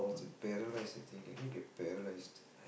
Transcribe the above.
it's a paralyse I think can can get paralysed